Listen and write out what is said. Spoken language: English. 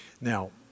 Now